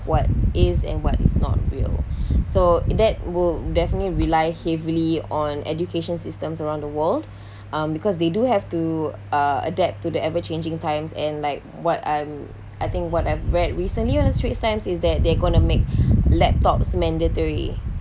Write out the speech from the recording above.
what is and what is not real so that will definitely rely heavily on education systems around the world um because they do have to uh adapt to the ever-changing times and like what I'm I think what I've read recently on the straits times is that they're gonna make laptops mandatory